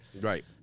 Right